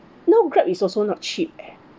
no grab is also not cheap eh